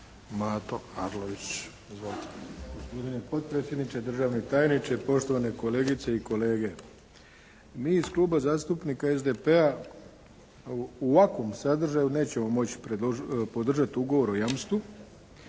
Mato Arlović. Izvolite.